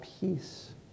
peace